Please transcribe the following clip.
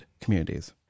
communities